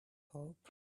hope